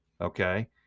okay